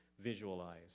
visualize